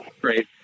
great